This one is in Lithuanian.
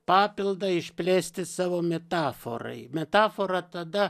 papildą išplėsti savo metaforai metafora tada